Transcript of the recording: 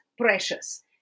Precious